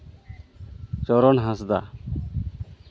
ᱪᱚᱨᱚᱱ ᱦᱟᱸᱥᱫᱟ